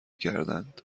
کردند